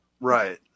right